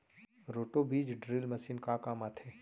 Roto बीज drill machine का काम आथे?